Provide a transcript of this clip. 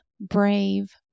brave